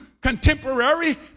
contemporary